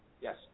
Yes